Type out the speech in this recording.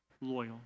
loyal